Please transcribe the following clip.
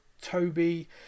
Toby